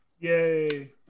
Yay